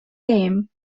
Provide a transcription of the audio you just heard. game